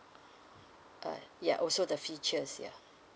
uh ya also the features yeah